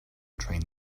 train